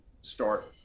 start